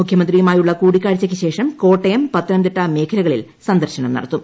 മുഖ്യമന്ത്രിയുമായുള്ളൂ കൂടിക്കാഴ്ചയ്ക്ക് ശേഷം കോട്ടയം പത്തനംതിട്ട മേഖലകളിൽ സന്ദർശനം നടത്തും